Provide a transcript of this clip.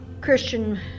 Christian